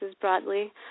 broadly